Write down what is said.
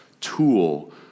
tool